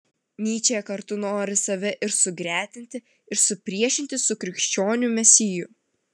nyčė kartu nori save ir sugretinti ir supriešinti su krikščionių mesiju